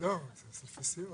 - אחרי שראינו